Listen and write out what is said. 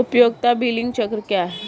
उपयोगिता बिलिंग चक्र क्या है?